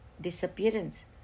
disappearance